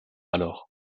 alors